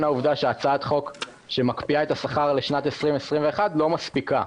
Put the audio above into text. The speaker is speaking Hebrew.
העובדה שהצעת חוק שמקפיאה את השכר לשנת 2021 לא מספיקה,